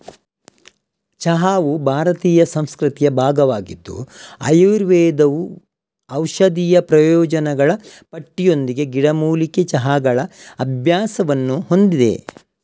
ಚಹಾವು ಭಾರತೀಯ ಸಂಸ್ಕೃತಿಯ ಭಾಗವಾಗಿದ್ದು ಆಯುರ್ವೇದವು ಔಷಧೀಯ ಪ್ರಯೋಜನಗಳ ಪಟ್ಟಿಯೊಂದಿಗೆ ಗಿಡಮೂಲಿಕೆ ಚಹಾಗಳ ಅಭ್ಯಾಸವನ್ನು ಹೊಂದಿದೆ